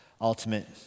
ultimate